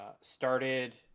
started